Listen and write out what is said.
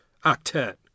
octet